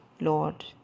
lord